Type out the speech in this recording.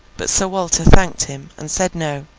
but sir walter thanked him, and said no,